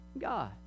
God